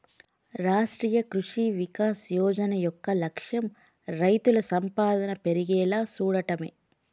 రాష్ట్రీయ కృషి వికాస్ యోజన యొక్క లక్ష్యం రైతుల సంపాదన పెర్గేలా సూడటమే